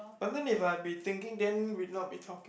but then if I'd be thinking then we'd not be talking